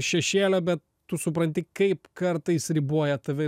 šešėlio bet tu supranti kaip kartais riboja tave